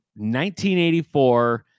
1984